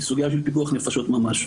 היא סוגיה של פיקוח נפשות ממש.